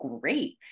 great